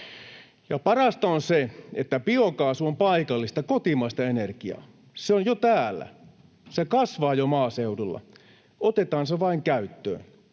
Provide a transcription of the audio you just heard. Parasta on se, että biokaasu on paikallista kotimaista energiaa. Se on jo täällä. Se kasvaa jo maaseudulla. Otetaan se vain käyttöön.